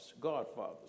godfathers